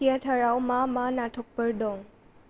थियेतराव मा मा नातकफोर दं